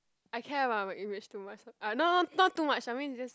I care about my image too much ah no no not too much I mean just